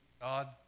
God